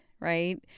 right